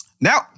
Now